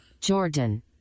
Jordan